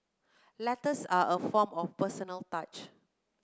letters are a form of personal touch